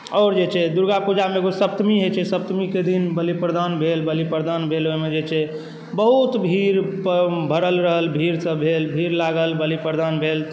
आओर जे छै दुर्गा पूजामे एगो सप्तमी होइत छै सप्तमीके दिन बलि प्रदान भेल ओहिमे जे छै बहुत भीड़ भरल रहल भीड़सभ भेल भीड़ लागल बलि प्रदान भेल